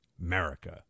america